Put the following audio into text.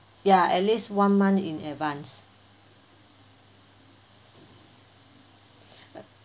ya at least one month in advance